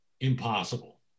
impossible